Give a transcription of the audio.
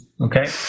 Okay